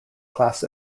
class